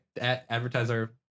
Advertiser